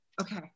Okay